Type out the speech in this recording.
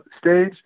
stage